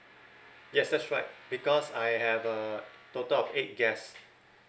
yes that's right because I have a total of eight guests